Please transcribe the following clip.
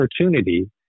opportunity